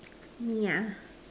me ah